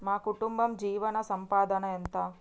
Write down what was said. మా కుటుంబ జీవన సంపాదన ఎంత?